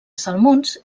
salmons